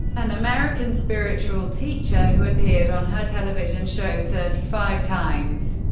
an american spiritual teacher, who appeared on her television show thirty five times.